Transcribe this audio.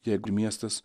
jeigu miestas